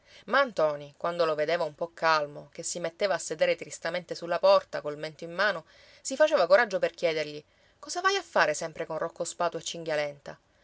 a ntoni quando lo vedeva un po calmo che si metteva a sedere tristamente sulla porta col mento in mano si faceva coraggio per chiedergli cosa vai a fare sempre con rocco spatu e